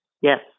yes